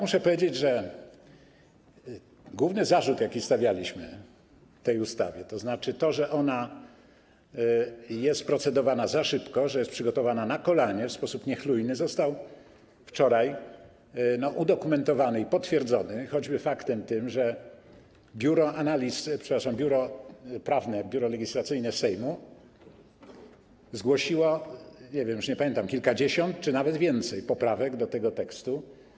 Muszę powiedzieć, że główny zarzut, jaki stawialiśmy w przypadku tej ustawy, że ona jest procedowana za szybko, że jest przygotowana na kolanie, w sposób niechlujny, został wczoraj udokumentowany i potwierdzony, choćby takim faktem, że biuro analiz, przepraszam, biuro prawne, Biuro Legislacyjne Sejmu zgłosiło, już nie pamiętam, kilkadziesiąt czy nawet więcej poprawek do tego tekstu.